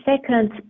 second